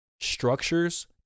structures